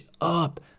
up